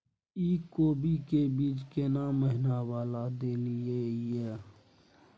इ कोबी के बीज केना महीना वाला देलियैई?